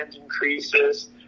increases